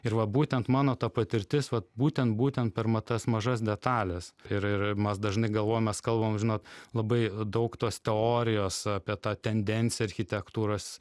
ir va būtent mano ta patirtis vat būtent būtent pirma tas mažas detales ir ir ir mes dažnai galvojam mes kalbam žinot labai daug tos teorijos apie tą tendenciją architektūros